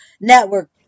network